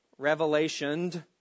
revelationed